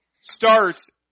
starts